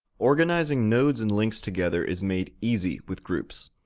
organizing nodes and links together is made easy with groups.